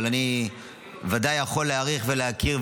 אבל אני ודאי יכול להעריך ולהכיר,